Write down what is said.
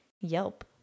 Yelp